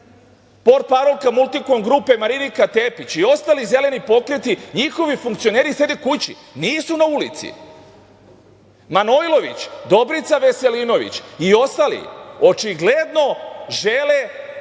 portparolka "Multikom grupe" Marinika Tepić i ostali zeleni pokreti, njihovi funkcioneri sede kući, nisu na ulici. Manojlović, Dobrica Veselinović i ostali, očigledno žele da